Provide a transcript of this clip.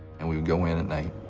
and we would go in at night.